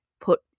put